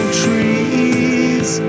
trees